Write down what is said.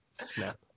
Snap